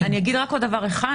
אני אגיד רק עוד דבר אחד,